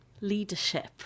leadership